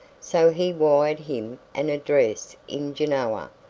so he wired him an address in genoa,